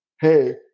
hey